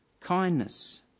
kindness